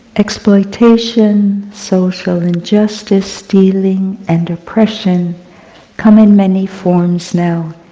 exploitation, social injustice, stealing and oppression come in many forms now,